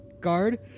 guard